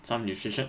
some nutrition